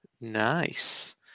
Nice